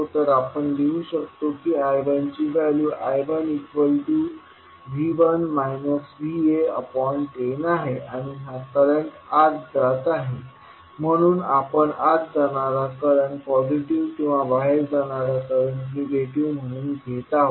तर आपण लिहू शकतो की I1 ची व्हॅल्यू I110 आहे आणि हा करंट आत जात आहे म्हणून आपण आत जाणारा करंट पॉझिटिव्ह किंवा बाहेर जाणारा करंट निगेटिव्ह म्हणून घेत आहोत